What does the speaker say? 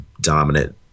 dominant